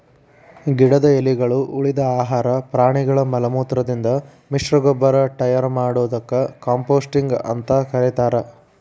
ಗಿಡದ ಎಲಿಗಳು, ಉಳಿದ ಆಹಾರ ಪ್ರಾಣಿಗಳ ಮಲಮೂತ್ರದಿಂದ ಮಿಶ್ರಗೊಬ್ಬರ ಟಯರ್ ಮಾಡೋದಕ್ಕ ಕಾಂಪೋಸ್ಟಿಂಗ್ ಅಂತ ಕರೇತಾರ